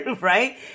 Right